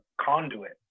conduit